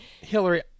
Hillary